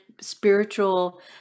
spiritual